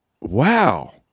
Wow